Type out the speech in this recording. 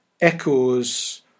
echoes